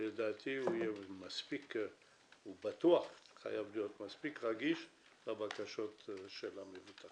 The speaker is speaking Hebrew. שלדעתי הוא בטוח חייב להיות מספיק רגיש לבקשות של המבוטחים.